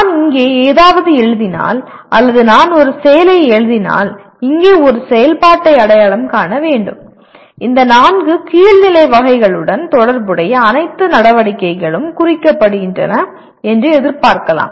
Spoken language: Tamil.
நான் இங்கே ஏதாவது எழுதினால் அல்லது நான் ஒரு செயலை எழுதினால் இங்கே ஒரு செயல்பாட்டை அடையாளம் காணவேண்டும் இந்த நான்கு கீழ் நிலை வகைகளுடன் தொடர்புடைய அனைத்து நடவடிக்கைகளும் குறிக்கப்படுகின்றன என்று எதிர்பார்க்கலாம்